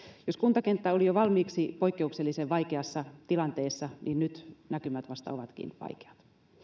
jos kuntakenttä oli jo valmiiksi poikkeuksellisen vaikeassa tilanteessa niin nyt näkymät vasta ovatkin vaikeat